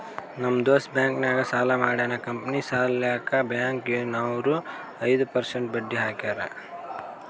ನಮ್ ದೋಸ್ತ ಬ್ಯಾಂಕ್ ನಾಗ್ ಸಾಲ ಮಾಡ್ಯಾನ್ ಕಂಪನಿ ಸಲ್ಯಾಕ್ ಬ್ಯಾಂಕ್ ನವ್ರು ಐದು ಪರ್ಸೆಂಟ್ ಬಡ್ಡಿ ಹಾಕ್ಯಾರ್